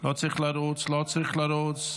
לא צריך לרוץ, לא צריך לרוץ.